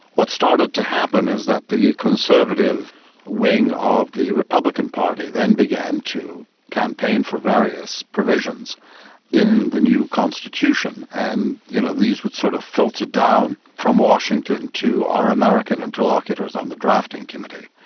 what started to happen is that the conservative wing of the republican party then began to campaign for various provisions in the new constitution, and you know these would sort of filter down from washington to our american interlocutors on the drafting committee.